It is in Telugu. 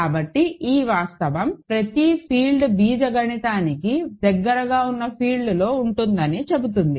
కాబట్టి ఈ వాస్తవం ప్రతి ఫీల్డ్ బీజగణితానికి దగ్గరగా ఉన్న ఫీల్డ్లో ఉంటుందని చెబుతుంది